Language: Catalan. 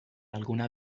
alguna